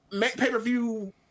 pay-per-view